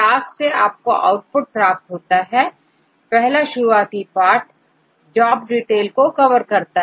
blast से आपको output प्राप्त होता है पहला शुरुआती पार्ट जॉब डिटेल को कवर करता है